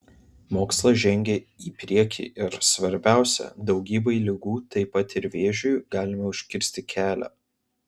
mokslas žengia į priekį ir svarbiausia daugybei ligų taip pat ir vėžiui galima užkirsti kelią